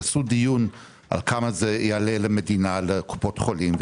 יעשו דיון על כמה זה יעלה למדינה, לקופות החולים.